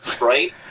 right